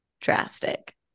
drastic